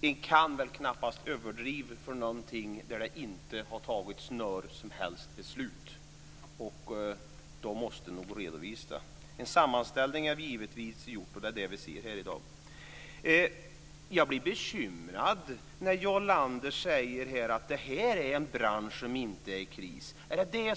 Jag kan knappast överdriva när det inte har fattats något som helst beslut. Det måste redovisas. En sammanställning har givetvis gjorts, och det är den vi ser här i dag. Jag blir bekymrad när Jarl Lander säger att det här är en bransch som inte är i kris.